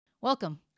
Welcome